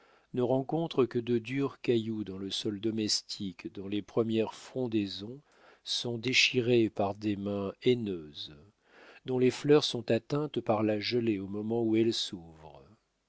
ne rencontrent que de durs cailloux dans le sol domestique dont les premières frondaisons sont déchirées par des mains haineuses dont les fleurs sont atteintes par la gelée au moment où elles s'ouvrent